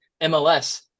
MLS